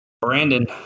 Brandon